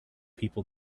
people